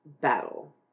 battle